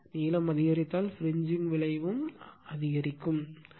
நீளம் அதிகரித்தால் பிரிஞ்சிங் விளைவும் அதிகரிக்கும் என்று வைத்துக்கொள்வோம்